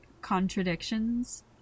contradictions